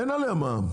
אין עליה מע"מ,